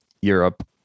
Europe